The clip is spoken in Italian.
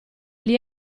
gli